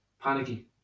Panicky